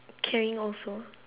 caring also